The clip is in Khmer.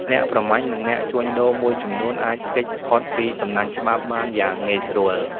អ្នកប្រមាញ់និងអ្នកជួញដូរមួយចំនួនអាចគេចផុតពីសំណាញ់ច្បាប់បានយ៉ាងងាយស្រួល។